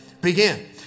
Begin